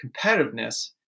competitiveness